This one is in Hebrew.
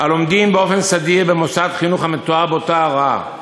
הלומדים באופן סדיר במוסד חינוך המתואר באותה הוראה,